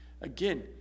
Again